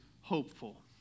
hopeful